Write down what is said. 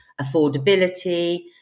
affordability